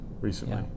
recently